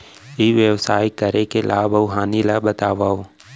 ई व्यवसाय करे के लाभ अऊ हानि ला बतावव?